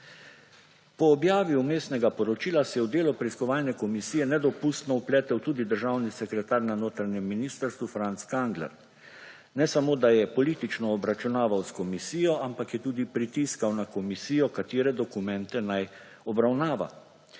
Po objavi Vmesnega poročila se je v delo preiskovalne komisije nedopustno vpletel tudi državni sekretar na notranjem ministrstvu Franc Kangler. Ne samo da je politično obračunaval s komisijo, ampak je tudi pritiskal na komisijo, katere dokumente naj obravnava,